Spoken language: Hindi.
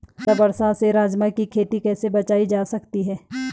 ज़्यादा बरसात से राजमा की खेती कैसी बचायी जा सकती है?